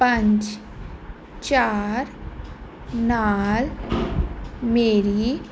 ਪੰਜ ਚਾਰ ਨਾਲ ਮੇਰੀ